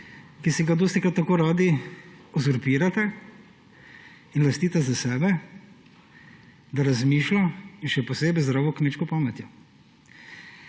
ki si ga dostikrat tako radi uzurpirate in lastite za sebe, da razmišlja in še posebej z zdravo kmečko pametjo.